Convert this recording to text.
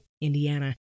Indiana